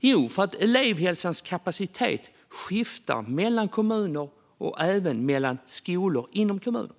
Jo, för att elevhälsans kapacitet skiftar mellan kommuner och även mellan skolor inom kommunen.